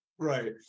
right